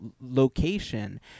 location